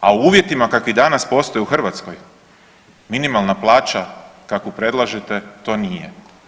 A u uvjetima kakvi danas postoje u Hrvatskoj, minimalna plaća kakvu predlažete, to nije.